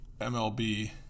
mlb